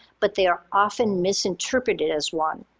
but they are often misinterpreted as one.